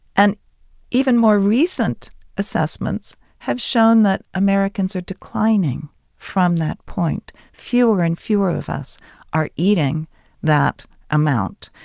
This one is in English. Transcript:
and even more recent assessments have shown that americans are declining from that point. fewer and fewer of us are eating that amount.